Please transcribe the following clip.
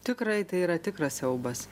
tikrai tai yra tikras siaubas